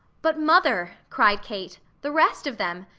but, mother! cried kate. the rest of them!